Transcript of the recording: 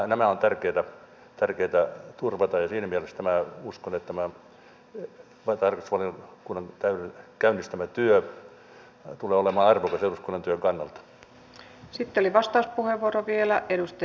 nämä ovat tärkeitä turvata ja siinä mielessä minä uskon että tämä tarkastusvaliokunnan käynnistämä työ tulee olemaan arvokas eduskunnan työn kannalta